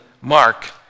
Mark